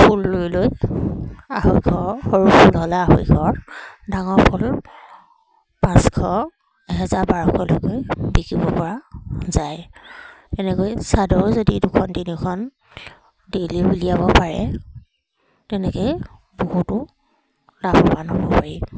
ফুল লৈ লৈ আঢ়ৈশ সৰু ফুল হ'লে আঢ়ৈশৰ ডাঙৰ ফুল পাঁচশ এহেজাৰ বাৰশলৈকৈ বিকিব পৰা যায় তেনেকৈ চাদৰ যদি দুখন তিনিখন ডেইলি উলিয়াব পাৰে তেনেকৈয়ে বহুতো লাভৱান হ'ব পাৰি